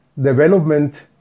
development